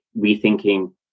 rethinking